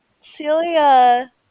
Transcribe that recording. Celia